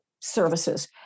services